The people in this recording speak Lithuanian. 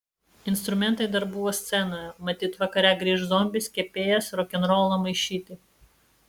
instrumentai dar buvo scenoje matyt vakare grįš zombis kepėjas rokenrolo maišyti